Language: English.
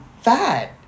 fat